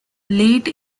late